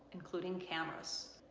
including cameras.